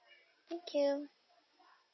thank you